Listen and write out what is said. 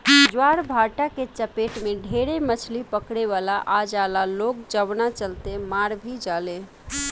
ज्वारभाटा के चपेट में ढेरे मछली पकड़े वाला आ जाला लोग जवना चलते मार भी जाले